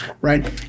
Right